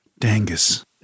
Dangus